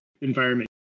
environment